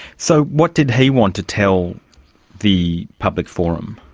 so, what did he want to tell the public forum?